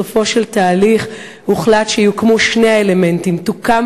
בסופו של תהליך הוחלט שיוקמו שני האלמנטים: תוקם